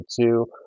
two